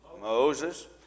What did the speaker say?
Moses